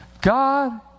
God